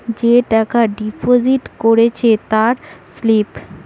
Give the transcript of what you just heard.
যে টাকা ডিপোজিট করেছে তার স্লিপ